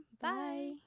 Bye